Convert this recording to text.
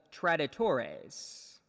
traditores